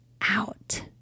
out